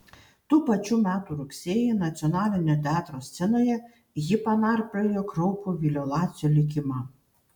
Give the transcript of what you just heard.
tų pačių metų rugsėjį nacionalinio teatro scenoje ji panarpliojo kraupų vilio lacio likimą